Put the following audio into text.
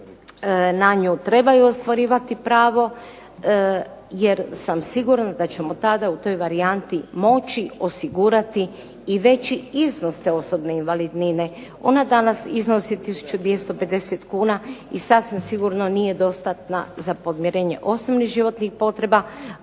na nju trebaju ostvarivati pravo. Jer sam sigurna da ćemo tada u toj varijanti moći osigurati i veći iznos te osobne invalidnine. Ona danas iznosi 1250 kn i sasvim sigurno nije dostatna za podmirenje osnovnih životnih potreba.